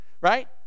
Right